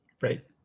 Right